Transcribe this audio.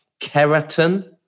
keratin